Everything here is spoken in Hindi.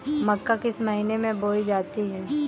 मक्का किस महीने में बोई जाती है?